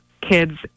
kids